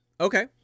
Okay